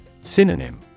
Synonym